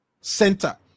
center